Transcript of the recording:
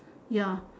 ya